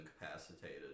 incapacitated